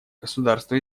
государства